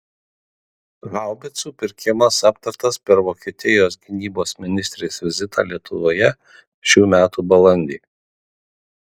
haubicų pirkimas aptartas per vokietijos gynybos ministrės vizitą lietuvoje šių metų balandį